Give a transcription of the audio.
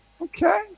okay